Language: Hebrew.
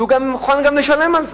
והוא גם מוכן לשלם על זה.